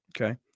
Okay